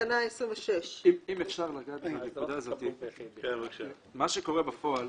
אם אפשר לגעת בנקודה הזאת, מה שקורה בפועל,